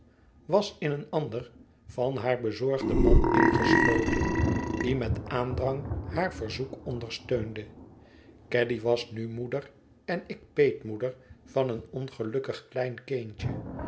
was in een ander van haar bezorgden man ingesloten die met aandrang haar verzoek ondersteunde caddy was nu moeder en ik peetmoeder van een ongelukkig klein kindje